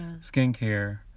skincare